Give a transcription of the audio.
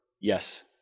Yes